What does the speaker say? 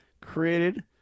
created